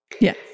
Yes